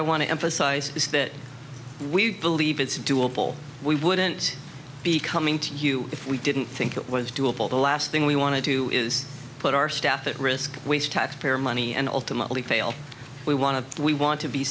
i want to emphasize is that we believe it's doable we wouldn't be coming to you if we didn't think it was doable the last thing we want to do is put our staff at risk waste taxpayer money and ultimately fail we want to we want to be